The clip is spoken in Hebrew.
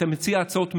אתה מציע הצעות מגונות,